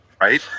right